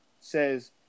says